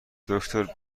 دکتر